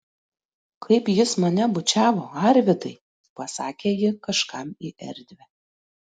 kaip jis mane bučiavo arvydai pasakė ji kažkam į erdvę